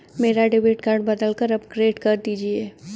मेरा debit card बदलकर upgrade कर दीजिए